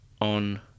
on